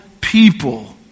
people